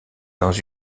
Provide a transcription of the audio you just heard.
dans